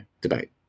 debate